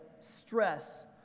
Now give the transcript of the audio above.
stress